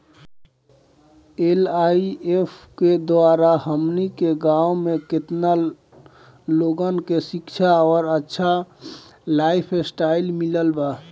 AIF के द्वारा हमनी के गांव में केतना लोगन के शिक्षा और अच्छा लाइफस्टाइल मिलल बा